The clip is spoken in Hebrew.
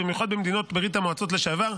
ובמיוחד במדינות ברית המועצות לשעבר,